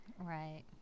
Right